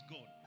God